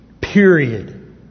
Period